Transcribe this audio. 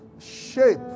Shape